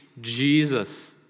Jesus